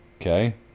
Okay